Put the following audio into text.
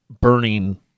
burning